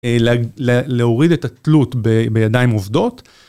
להוריד את התלות ב בידיים עובדות.